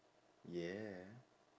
yeah